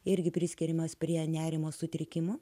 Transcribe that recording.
irgi priskiriamas prie nerimo sutrikimų